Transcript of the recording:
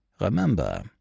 Remember